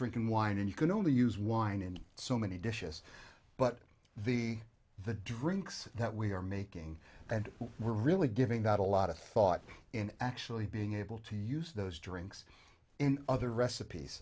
drinking wine and you can only use wine in so many dishes but the the drinks that we are making and we're really giving that a lot of thought in actually being able to use those drinks in other recipes